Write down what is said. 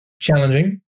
challenging